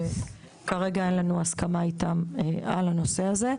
כרגע אין לנו הסכמה איתם על הנושא הזה,